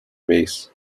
base